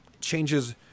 changes